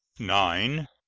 nine.